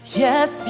yes